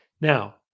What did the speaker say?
Now